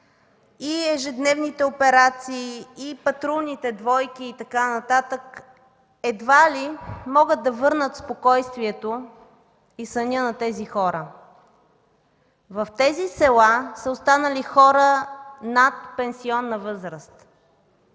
и ежедневните операции, и патрулните двойки, и така нататък, едва ли могат да върнат спокойствието и съня на тези хора. В тези села са останали хора над пенсионна възраст.